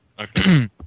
Okay